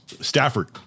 Stafford